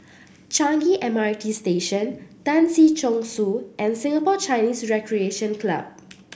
Changi M R T Station Tan Si Chong Su and Singapore Chinese Recreation Club